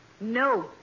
No